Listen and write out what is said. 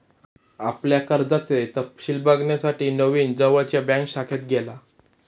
आपल्या कर्जाचे तपशिल बघण्यासाठी नवीन जवळच्या बँक शाखेत गेला